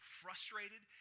frustrated